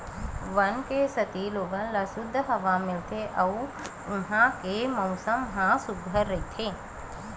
वन के सेती लोगन ल सुद्ध हवा मिलथे अउ उहां के मउसम ह सुग्घर रहिथे